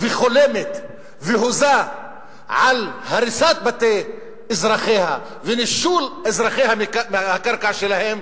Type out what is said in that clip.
וחולמת והוזה על הריסת בתי אזרחיה ונישול אזרחיה מהקרקע שלהם,